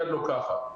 יד לוקחת.